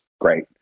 Great